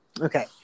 Okay